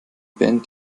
band